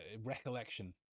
Recollection